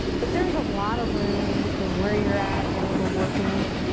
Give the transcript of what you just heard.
but there is a lot of room between where you're at and overworking it.